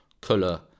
color